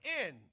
end